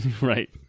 Right